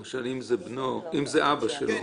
למשל, אם זה אבא שלו.